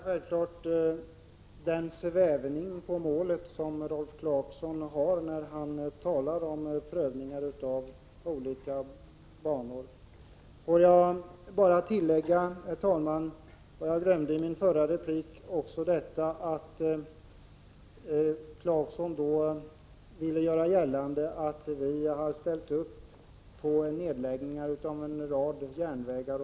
Herr talman! Jag noterar att Rolf Clarkson svävar på målet när han talar om prövningen av olika banor. Låt mig bara tillägga, herr talman, vad jag glömde i min förra replik, nämligen att svara Rolf Clarkson när han ville göra gällande att vi vid prövningsbeslut har ställt upp på nedläggningar av en rad järnvägar.